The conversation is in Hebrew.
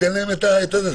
ניתן להם את ההיתר הזה.